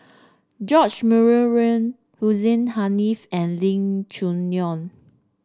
George Murray Reith Hussein Haniff and Lee Choo Neo